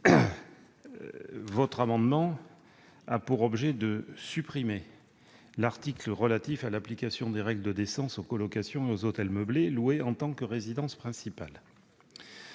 L'amendement a pour objet de supprimer l'article relatif à l'application des règles de décence aux colocations et aux hôtels meublés loués en tant que résidence principale.